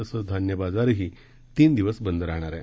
तसंच धान्य बाजारही तीन दिवस बंद राहणार आहे